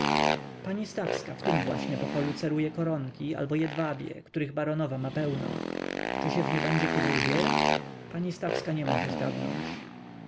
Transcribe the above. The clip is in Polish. pani stawska w tym właśnie pokoju ceruje koronki albo jedwabie których baronowa ma pełno czy się w nie będzie kiedy ubierać pani stawska nie może zgadnąć